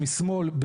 משמאל,